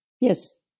yes